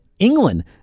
England